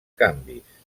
canvis